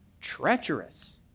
treacherous